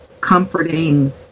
comforting